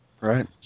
Right